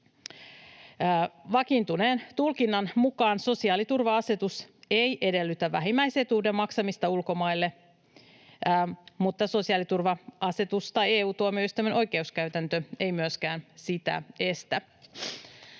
Vakiintuneen tulkinnan mukaan sosiaaliturva-asetus ei edellytä vähimmäisetuuden maksamista ulkomaille, mutta sosiaaliturva-asetus tai EU-tuomioistuimen oikeuskäytäntö ei myöskään sitä estä.